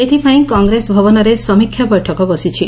ଏଥିପାଇଁ କଂଗ୍ରେସ ଭବନରେ ସମୀକ୍ଷା ବୈଠକ ବସିଛି